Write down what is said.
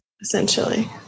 essentially